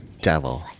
Devil